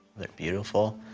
they're beautiful,